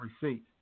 receipt